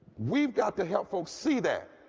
we've got to help folks see that.